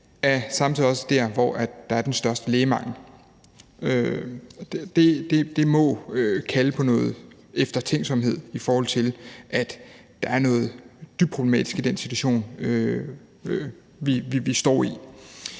af kronikere og mange andre ting. Det må kalde på noget eftertænksomhed, i forhold til at der er noget dybt problematisk i den situation, vi står i.